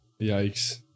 Yikes